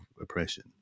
oppression